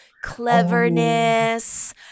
cleverness